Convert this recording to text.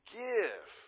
give